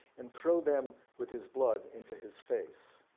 and throw them with his blood into his face.